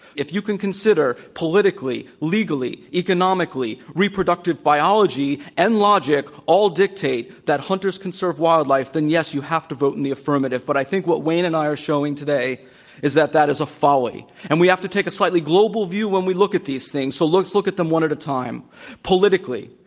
if you can consider politically, legally, economically, reproductivebiology and logic all dictate that hunters conserve wildlife, then yes, you have to vote in the affirmative. but i think what wayne and i are showing today is that, that is a folly. and we have to take a slightly global view when we look at these things. so let's look at them one at a time politically.